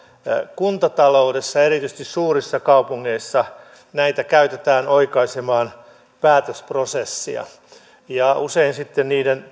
kuntataloudessa ja erityisesti suurissa kaupungeissa näitä käytetään oikaisemaan päätösprosessia ja usein sitten niiden